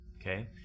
Okay